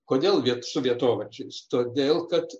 kodėl gi su vietovardžiais todėl kad